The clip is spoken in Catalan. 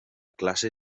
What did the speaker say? classe